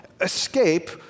Escape